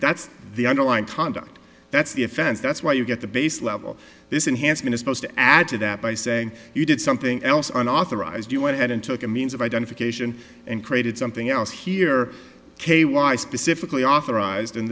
that's the underlying conduct that's the offense that's where you get the base level this enhanced in a supposed to add to that by saying you did something else on authorized you went ahead and took a means of identification and created something else here k y specifically authorized and